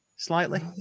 Slightly